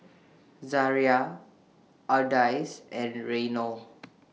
Zariah Ardyce and Reynold